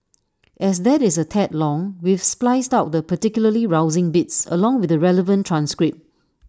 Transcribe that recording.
as that is A tad long we've spliced out the particularly rousing bits along with the relevant transcript